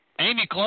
Amy